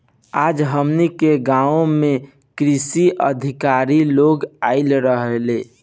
आज हमनी के गाँव में कृषि अधिकारी लोग आइल रहले